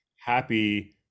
happy